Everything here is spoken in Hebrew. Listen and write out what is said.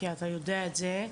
כי אתה יודע את זה,